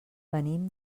venim